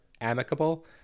amicable